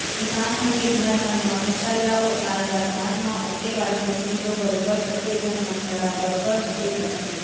किसान मन के घर मन म फसल ल ओसाय बर हाथ म ओेटे वाले मसीन तो बरोबर सब्बे झन मन करा बरोबर होबे करथे